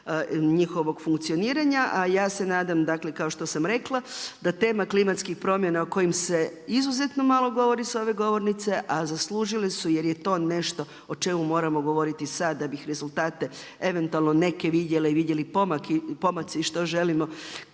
njihovog funkcioniranja, a ja se nadam, dakle kao što sam rekla da tema klimatskih promjena o kojim se izuzetno malo govori sa ove govornice, a zaslužili su jer je to nešto o čemu moramo govoriti sad da bi rezultate eventualno neke vidjeli i vidjeli pomaci što želimo